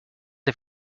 der